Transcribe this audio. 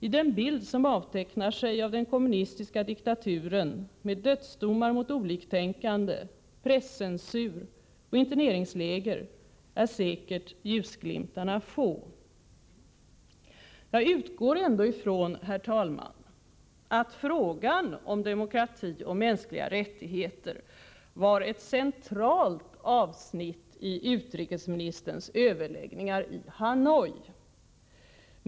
I den bild som avtecknar sig av den kommunistiska diktaturen — med dödsdomar mot oliktänkande, presscensur och interneringsläger — är säkert ljusglimtarna få. Jag utgår ändå ifrån, herr talman, att frågan om demokrati och mänskliga rättigheter var ett centralt avsnitt i utrikesministerns överläggningar i Hanoi.